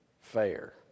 fair